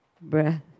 breath